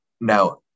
Now